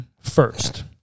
first